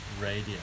radio